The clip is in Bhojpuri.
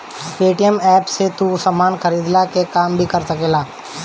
पेटीएम एप्प से तू सामान खरीदला के काम भी कर सकेला